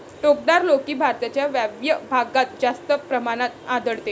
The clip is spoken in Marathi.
टोकदार लौकी भारताच्या वायव्य भागात जास्त प्रमाणात आढळते